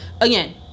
again